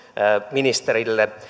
ministerille